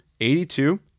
82